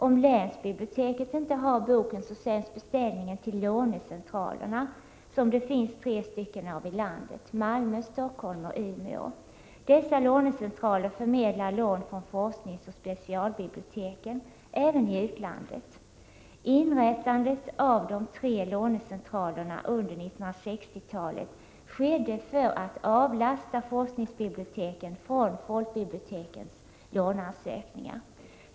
Om länsbiblioteket inte har boken, sänds beställningen till lånecentralerna. Det finns tre sådana i landet — nämligen i Malmö, Stockholm och Umeå. Dessa lånecentraler förmedlar lån från forskningsoch specialbiblioteken — även i utlandet. Inrättandet av de tre lånecentralerna under 1960-talet skedde för att avlasta forskningsbiblioteken när det gäller folkbibliotekens låneansökningar.